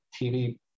TV